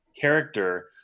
character